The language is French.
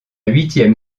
huitième